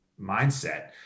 mindset